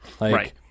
Right